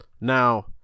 Now